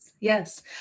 Yes